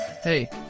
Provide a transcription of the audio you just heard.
Hey